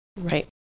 Right